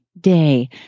day